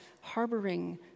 harboring